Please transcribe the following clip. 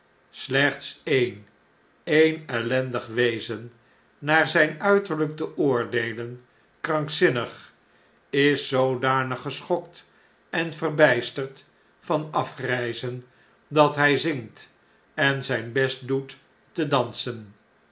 slechts een een ellendig wezen naar zyn uiterljjk te oordeelen krankzinnig is zoodanig geschokt en verbpterd van afgrn'zen dat tin zingt en zgn best doet te dansen